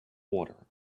water